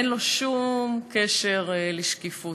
אין לו שום קשר לשקיפות.